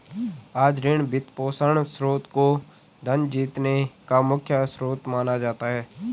आज ऋण, वित्तपोषण स्रोत को धन जीतने का मुख्य स्रोत माना जाता है